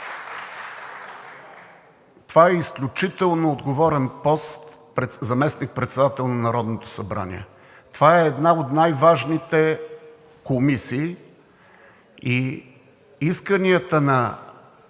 Това е изключително отговорен пост „заместник-председател на Народното събрание“. Това е една от най-важните комисии и исканията на